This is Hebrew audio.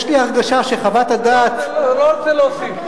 יש לי הרגשה שחוות הדעת, לא רוצה להוסיף.